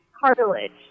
cartilage